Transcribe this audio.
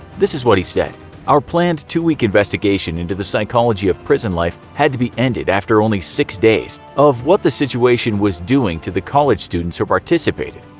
this is what he said our planned two-week investigation into the psychology of prison life had to be ended after only six days because of what the situation was doing to the college students who participated.